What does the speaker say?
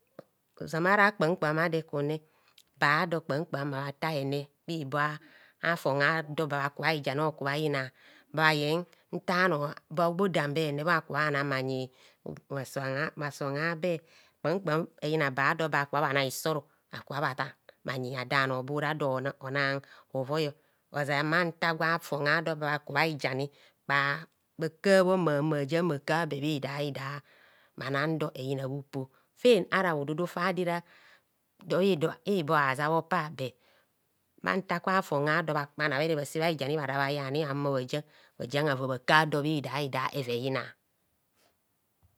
Ozama ara kpam kpam a do ekumne ba ado kpam kpam mabhata hene bhibo afon a'do babha ku bha hijani akubhayina babhayen nta ano bo bo dam be hene bjo aka bhana bhanyi bhasoma bhasome a'be kpamkpam eyina ba dor ba ka bhana isor aka bhatan bhayi adaanor bora do onang hovoi ozemma nta gwa fon a'do bọ kubha hijani bha kaabho mabhayian bhaka be bhidahida bhanan dor eyina bhupo ven ara bhududu fa do era [stammering] do bhibo aja bhupa bur bhanta gwa fon a'dor bhanabhere bhase bhahijani ara bhaye ani bha humo bhaija ava bha kar dor bhidaida eva eyina.